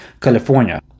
California